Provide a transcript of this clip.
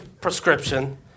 prescription